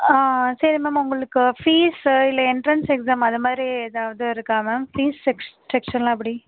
ஆ சரி மேம் உங்களுக்கு ஃபீஸ்ஸு இல்லை என்ட்ரன்ஸ் எக்ஸாம் அந்தமாதிரி ஏதாவது இருக்கா மேம் ஃபீஸ் செக்ஷ் செக்ட்ஸரெலாம் எப்படி